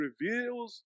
reveals